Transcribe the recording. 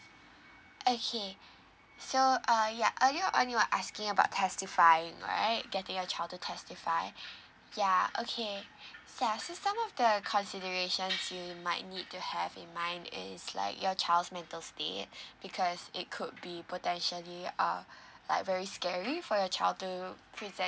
okay so uh ya earlier on you're asking about testifying right getting your child to testify ya okay tell us some of the the consideration actually you might need to have in mind is like your child's mental state because it could be potentially uh like very scary for your child to present